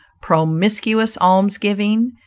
promiscuous almsgiving,